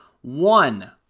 One